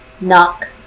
knock